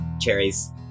Cherries